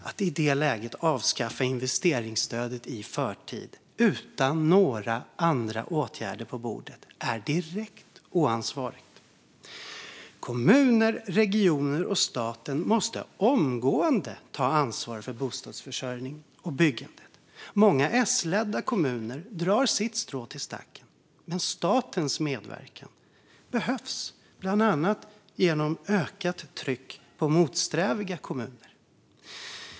Att i detta läge avskaffa investeringsstödet i förtid, utan några andra åtgärder på bordet, är direkt oansvarigt. Kommuner, regioner och staten måste omgående ta ansvar för bostadsförsörjningen och byggandet. Många S-ledda kommuner drar sitt strå till stacken, men statens medverkan behövs, bland annat genom ökat tryck på motsträviga kommuner.